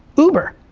uber.